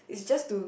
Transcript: is just to